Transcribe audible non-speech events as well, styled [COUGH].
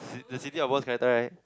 [BREATH] the City-of-Bones character right